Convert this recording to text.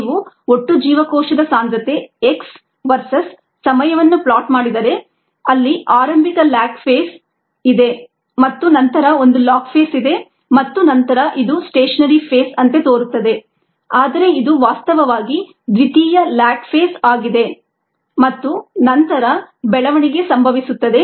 ನೀವು ಒಟ್ಟು ಜೀವಕೋಶದ ಸಾಂದ್ರತೆ x ವರ್ಸೆಸ್ ಸಮಯವನ್ನು ಪ್ಲಾಟ್ ಮಾಡಿದರೆ ಅಲ್ಲಿ ಆರಂಭಿಕ ಲ್ಯಾಗ್ ಫೇಸ್ ಇದೆ ಮತ್ತು ನಂತರ ಒಂದು ಲಾಗ್ ಫೇಸ್ ಇದೆ ಮತ್ತು ನಂತರ ಇದು ಸ್ಟೇಷನರಿ ಫೇಸ್ ಅಂತೆ ತೋರುತ್ತದೆ ಆದರೆ ಇದು ವಾಸ್ತವವಾಗಿ ದ್ವಿತೀಯ ಲ್ಯಾಗ್ ಫೇಸ್ ಆಗಿದೆ ಮತ್ತು ನಂತರ ಬೆಳವಣಿಗೆ ಸಂಭವಿಸುತ್ತದೆ